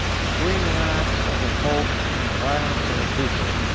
between the arts of the popes and the violence of the people,